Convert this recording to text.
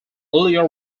ilya